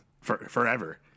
forever